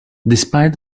despite